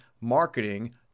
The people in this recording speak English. marketing